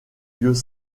lieux